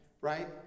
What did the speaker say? right